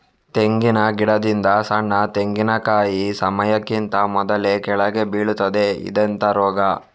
ತೆಂಗಿನ ಗಿಡದಿಂದ ಸಣ್ಣ ತೆಂಗಿನಕಾಯಿ ಸಮಯಕ್ಕಿಂತ ಮೊದಲೇ ಕೆಳಗೆ ಬೀಳುತ್ತದೆ ಇದೆಂತ ರೋಗ?